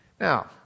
now